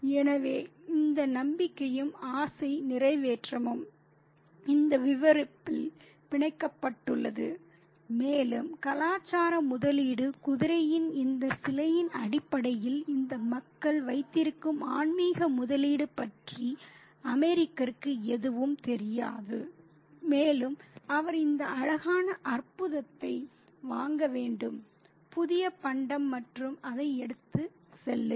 எனவே இந்த நம்பிக்கையும் ஆசை நிறைவேற்றமும் இந்த விவரிப்பில் பிணைக்கப்பட்டுள்ளது மேலும் கலாச்சார முதலீடு குதிரையின் இந்த சிலையின் அடிப்படையில் இந்த மக்கள் வைத்திருக்கும் ஆன்மீக முதலீடு பற்றி அமெரிக்கருக்கு எதுவும் தெரியாது மேலும் அவர் இந்த அழகான அற்புதத்தை வாங்க வேண்டும் புதிய பண்டம் மற்றும் அதை எடுத்துச் செல்லுங்கள்